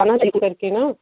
करके ना